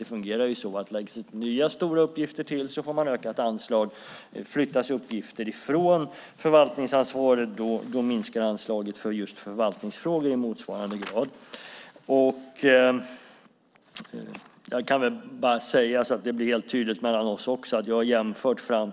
Det fungerar så att om det läggs till nya stora uppgifter får man ökat anslag, och om det flyttas uppgifter från förvaltningsansvaret minskar anslaget för just förvaltningsfrågor i motsvarande grad. Jag kan bara säga, så att det blir helt tydligt mellan oss, att jag har jämfört med